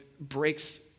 breaks